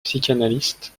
psychanalyste